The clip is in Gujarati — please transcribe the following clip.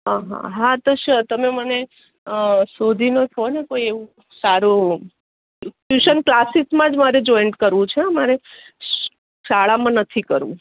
હા હા હા તો સર તમે મને શોધીને કહો ને કોઈ એવું સારું ટ્યૂશન કલાસીસમાં જ મારે જોઈન્ટ કરવું છે મારે શ શાળામાં નથી કરવું